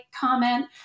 comment